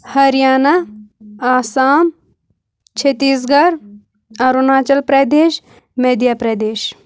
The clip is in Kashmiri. ہریانہ آسام چھتیس گَر اَروناچَل پرٛدیش مدھیہ پرٛدیش